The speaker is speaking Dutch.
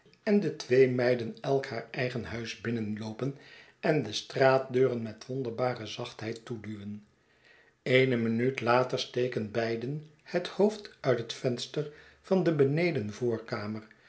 en de twee meiden elk haar eigen huis binnenloopen en destraatdeuren met wonderbare zachtheid toeduwen eene minuut later steken beiden het hoofd uit het venster van de